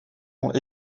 ont